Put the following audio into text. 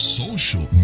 social